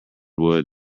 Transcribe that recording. wood